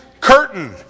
curtain